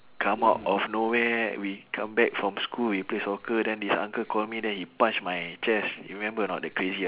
come out of nowhere we come back from school we play soccer then this uncle call me then he punch my chest you remember or not the crazy